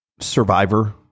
survivor